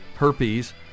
herpes